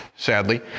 sadly